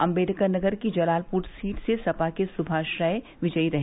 अम्बेडकर नगर की जलालपुर सीट से सपा के सुभाष राय विजयी रहे